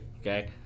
Okay